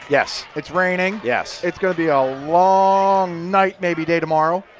yes. it's raining. yes. it's going to be a long night maybe day tomorrow.